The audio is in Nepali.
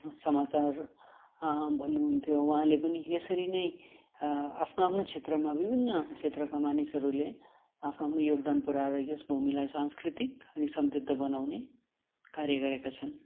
समाचार भन्नु हुन्थ्यो उहाँले पनि यसरी नै आफ्नो आफ्नो क्षेत्रमा विभिन्न क्षेत्रका मानिसहरूले आफ्नो आफ्नो योगदान पुर्याएर यस भूमिलाई सांस्कृतिक अनि समृद्ध बनाउने कार्य गरेका छन्